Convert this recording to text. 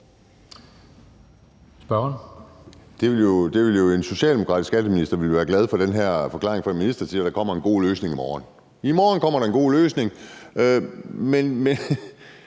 Edberg Andersen (DD): En socialdemokratisk skatteminister ville være glad for den her forklaring, for ministeren siger jo, at der kommer en god løsning i morgen. I morgen kommer der en god løsning. Men